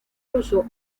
ruso